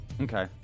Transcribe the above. okay